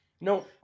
No